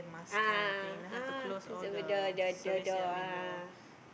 a'ah a'ah ah he's over the the the door a'ah